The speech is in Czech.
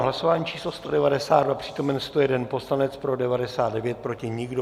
Hlasování číslo 192, přítomen 101 poslanec, pro 99, proti nikdo.